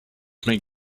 make